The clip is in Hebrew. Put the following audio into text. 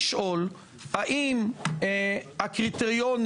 זה שהוא יושב פה וגורמי המקצוע הפרקליטות,